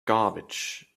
garbage